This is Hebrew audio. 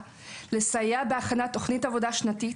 לסייע בהכנת תוכנית עבודה שנתית,